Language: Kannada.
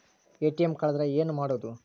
ಎ.ಟಿ.ಎಂ ಕಳದ್ರ ಏನು ಮಾಡೋದು?